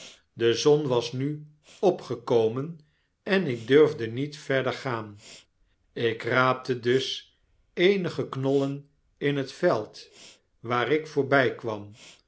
de zon was nu opgekomen en ik durfde niet verder gaan ik raapte dus eenige knollen in een veld waar ik voorbykwam